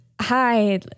hi